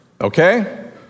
okay